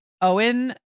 Owen